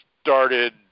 started